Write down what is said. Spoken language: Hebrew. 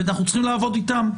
ואנחנו צריכים לעבוד איתם.